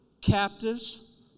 captives